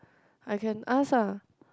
I can ask ah